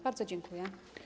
Bardzo dziękuję.